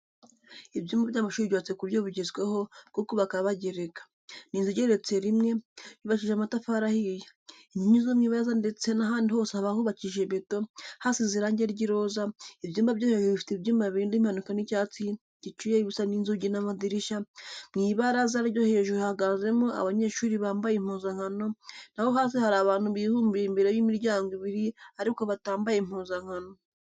Ibyumba by'amashuri byubatse ku buryo bugezweho, bwo kubaka bagereka. Ni inzu igeretse rimwe. yubakishije amatafari ahiye. Inkingi zo mu ibaraza ndetse n'ahandi hose haba hubakishije beto, hasize irangi ry'iroza. Ibyumba byo hejuru bifite ibyuma birinda impanuka by'icyatsi gicuye bisa n'inzugi n'amadirishya. Mu ibaraza ryo hejuru hahagazemo abanyeshuri bambaye impuzankano, naho hasi hari abantu hibumbiye imbere y'imiryango ibiri ariko batambaye impuzankano.